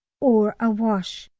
or a wash,